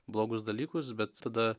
blogus dalykus bet tada